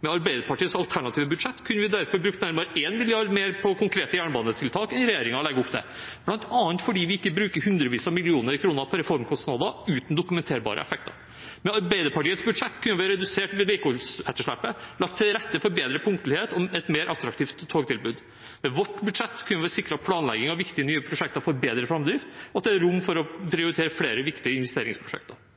Med Arbeiderpartiets alternative budsjett kunne vi derfor brukt nærmere 1 mrd. kr mer på konkrete jernbanetiltak enn regjeringen legger opp til, bl.a. fordi vi ikke bruker hundrevis av millioner kroner på reformkostnader uten dokumenterbare effekter. Med Arbeiderpartiets budsjett kunne vi redusert vedlikeholdsetterslepet, lagt til rette for bedre punktlighet og et mer attraktivt togtilbud. Med vårt budsjett kunne vi sikret planlegging av viktige, nye prosjekter for bedre framdrift, og det er rom for å prioritere flere viktige investeringsprosjekter.